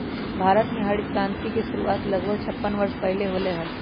भारत में हरित क्रांति के शुरुआत लगभग छप्पन वर्ष पहीले होलय हल